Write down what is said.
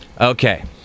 Okay